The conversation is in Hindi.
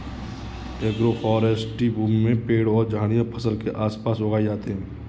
एग्रोफ़ोरेस्टी भूमि में पेड़ और झाड़ियाँ फसल के आस पास उगाई जाते है